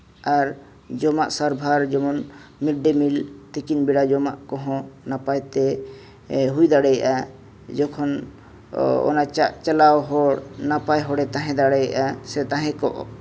ᱟᱨ ᱡᱚᱢᱟᱜ ᱥᱟᱨᱵᱷᱟᱨ ᱡᱮᱢᱚᱱ ᱢᱤᱰ ᱰᱮᱹ ᱢᱤᱞ ᱛᱤᱠᱤᱱ ᱵᱮᱲᱟ ᱡᱚᱢᱟ ᱠᱚ ᱦᱚᱸ ᱱᱟᱯᱟᱭᱛᱮ ᱦᱩᱭ ᱫᱟᱲᱮᱭᱟᱜᱼᱟ ᱡᱚᱠᱷᱚᱱ ᱚᱱᱟ ᱪᱟᱪᱞᱟᱣ ᱦᱚᱲ ᱱᱟᱯᱟᱭ ᱦᱚᱲᱮ ᱛᱟᱦᱮᱸ ᱫᱟᱲᱮᱭᱟᱜᱼᱟ ᱥᱮ ᱛᱟᱦᱮᱸ ᱠᱚᱜ